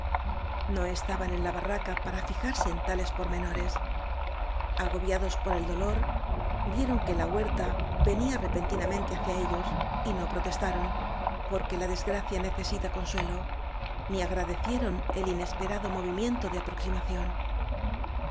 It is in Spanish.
no estaban en la ba rraca para fijarse en tales pormenores agobiados por el dolor vieron que la huer ta venía repentinamente hacia ellos y no pro testaron porque la desgracia necesita consue lo ni agradecieron el inesperado movimiento de aproximación